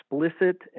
explicit